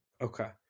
Okay